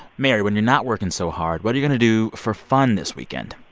mary, when you're not working so hard, what are you going to do for fun this weekend?